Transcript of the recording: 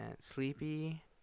sleepy